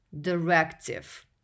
directive